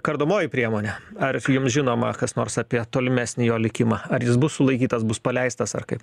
kardomoji priemonė ar jums žinoma kas nors apie tolimesnį jo likimą ar jis bus sulaikytas bus paleistas ar kaip